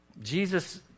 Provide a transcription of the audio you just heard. Jesus